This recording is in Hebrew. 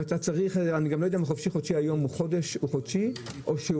ואני לא יודע אם חופשי-חודשי היום הוא חודש או שהוא